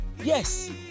Yes